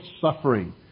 suffering